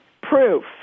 proof